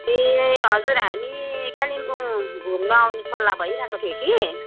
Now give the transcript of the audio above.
ए हजुर हामी कालिम्पोङ घुम्नु आउने सल्लाह भइरहे को थियो कि